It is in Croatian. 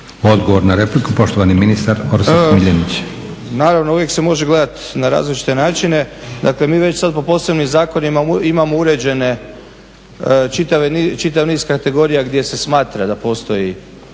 Odgovor na repliku poštovani ministar Orsat Miljenić. **Miljenić, Orsat** Naravno uvijek se može gledati na različite načine. Dakle, mi već sad po posebnim zakonima imamo uređene čitav niz kategorija gdje se smatra da postoji